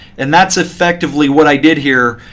and that's effectively what i did here.